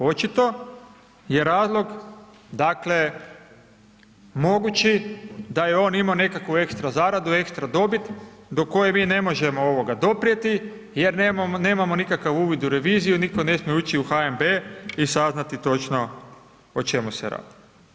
Očito je razlog, dakle, mogući da je on imao nekakvu ekstra zaradu, ekstra dobit do koje mi ne možemo doprijeti jer nemamo nikakav uvid u reviziju, nitko ne smije ući u HNB i saznati točno o čemu se radi.